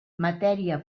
matèria